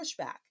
pushback